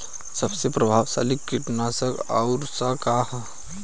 सबसे प्रभावशाली कीटनाशक कउन सा ह?